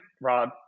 Rob